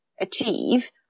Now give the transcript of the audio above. achieve